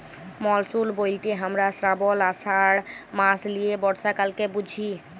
monsoon ব্যলতে হামরা শ্রাবল, আষাঢ় মাস লিয়ে বর্ষাকালকে বুঝি